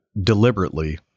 deliberately